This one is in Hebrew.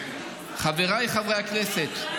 חבריי חברי הכנסת,